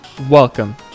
Welcome